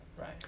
right